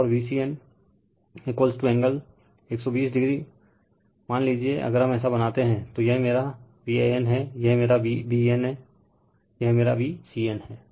और Vcn angle 120 o मान लीजिए अगर हम ऐसा बनाते हैंतो यह मेरा Van है यह मेरा Vbn है यह मेरा Vcn है